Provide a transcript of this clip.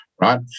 right